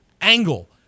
angle